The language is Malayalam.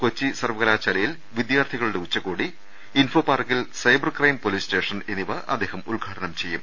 കൊച്ചി സർവകലാശാലയിൽ വിദ്യാർത്ഥിക ളുടെ ഉച്ചകോടി ഇൻഫോ പാർക്കിൽ സൈബർ ക്രൈം പൊലീസ് സ്റ്റേഷൻ എന്നിവ അദ്ദേഹം ഉദ്ഘാടനം ചെയ്യും